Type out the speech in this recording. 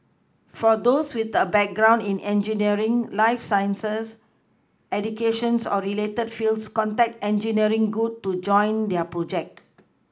for those with a background in engineering life sciences education or related fields contact engineering good to join their projects